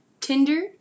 Tinder